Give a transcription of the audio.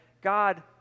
God